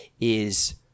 is-